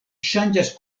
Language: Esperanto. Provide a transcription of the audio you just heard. ŝanĝas